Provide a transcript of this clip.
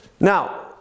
Now